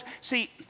See